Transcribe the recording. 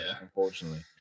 unfortunately